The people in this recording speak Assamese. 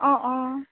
অ অ